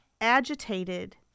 agitated